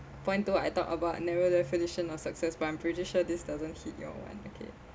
point two I thought about narrow definition of success but I'm pretty sure this doesn't hit your one okay